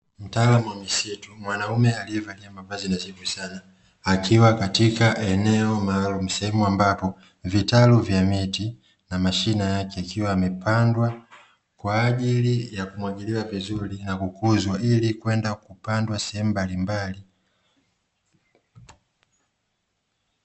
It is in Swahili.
Mtaalamu wa misitu mwanaume aliyevalia mavazi nadhifu sana, akiwa katika eneo maalumu sehemu ambapo vitalu vya miti na mashina yake yakiwa yamepandwa kwa ajili ya kumwagiliwa vizuri, na kukuzwa ili kwenda kupandwa sehemu mbalimbali.